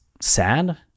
sad